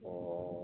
অঁ